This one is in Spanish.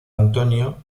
antonio